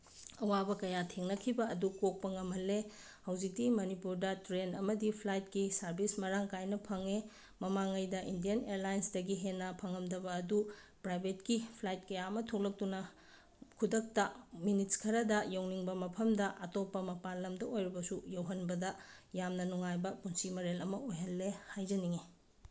ꯑꯋꯥꯕ ꯀꯌꯥ ꯊꯦꯡꯅꯈꯤꯕ ꯑꯗꯨ ꯀꯣꯛꯄ ꯉꯝꯍꯜꯂꯦ ꯍꯧꯖꯤꯛꯇꯤ ꯃꯅꯤꯄꯨꯔꯗ ꯇ꯭ꯔꯦꯟ ꯑꯃꯗꯤ ꯐ꯭ꯂꯥꯏꯠꯀꯤ ꯁꯥꯔꯚꯤꯁ ꯃꯔꯥꯡ ꯀꯥꯏꯅ ꯐꯪꯉꯦ ꯃꯃꯥꯡꯉꯩꯗ ꯏꯟꯗꯤꯌꯟ ꯑꯦꯌꯔꯂꯥꯏꯟꯁꯇꯒꯤ ꯍꯦꯟꯅ ꯐꯪꯉꯝꯗꯕ ꯑꯗꯨ ꯄ꯭ꯔꯥꯏꯚꯦꯠꯀꯤ ꯐ꯭ꯂꯥꯏꯠ ꯀꯌꯥ ꯑꯃ ꯊꯣꯛꯂꯛꯇꯨꯅ ꯈꯨꯗꯛꯇ ꯃꯤꯅꯤꯠꯁ ꯈꯔꯗ ꯌꯧꯅꯤꯡꯕ ꯃꯐꯝꯗ ꯑꯇꯣꯞꯄ ꯃꯄꯥꯜ ꯂꯝꯗ ꯑꯣꯏꯔꯕꯁꯨ ꯌꯧꯍꯟꯕꯗ ꯌꯥꯝꯅ ꯅꯨꯡꯉꯥꯏꯕ ꯄꯨꯟꯁꯤ ꯃꯔꯦꯜ ꯑꯃ ꯑꯣꯏꯍꯜꯂꯦ ꯍꯥꯏꯖꯅꯤꯡꯉꯤ